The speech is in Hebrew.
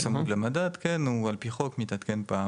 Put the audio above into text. צמוד למדד, כן, על פי חוק מתעדכן פעם